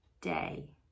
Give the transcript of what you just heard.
day